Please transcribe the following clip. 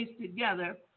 together